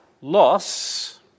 loss